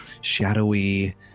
shadowy